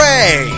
Ray